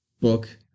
book